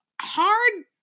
hard